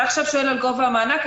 אתה שואל עכשיו על גובה המענק.